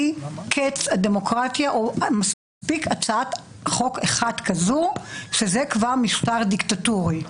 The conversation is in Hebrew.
קץ הדמוקרטיה או מספיקה הצעת חוק אחת כזו וזה כבר משטר דיקטטורי.